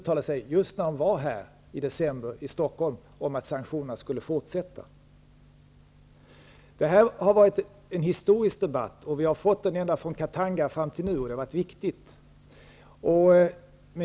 När hon var här i Stockholm i december uttalade hon sig just om att sanktonerna skulle fortsätta. Det här har varit en historisk debatt, som rört sig ända från tiden för Katanga och fram till nu och som har varit viktig.